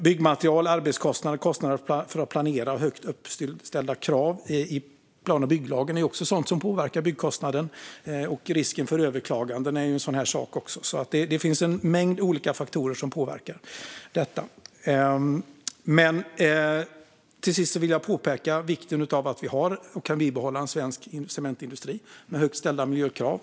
Byggmaterial, arbetskostnader, kostnader för att planera och högt ställda krav i plan och bygglagen är också sådant som påverkar byggkostnaden. Risken för överklaganden är också en sådan sak. Det finns en mängd olika faktorer som påverkar detta. Till sist så vill jag framhålla vikten av att vi har och kan bibehålla en svensk cementindustri med högt ställda miljökrav.